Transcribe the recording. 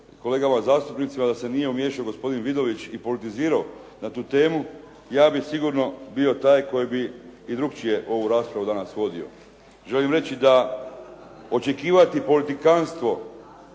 kolegama zastupnicima, da se nije umiješao gospodin Vidović i politizirao na tu temu ja bih sigurno bio taj koji bi i drukčije ovu rasprava danas vodio. Želim reći da, očekivati politikanstvo